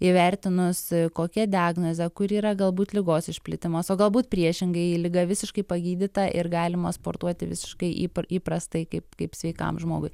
įvertinus kokia diagnozė kur yra galbūt ligos išplitimas o galbūt priešingai liga visiškai pagydyta ir galima sportuoti visiškai įpr įprastai kaip kaip sveikam žmogui